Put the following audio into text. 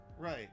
Right